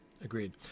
Agreed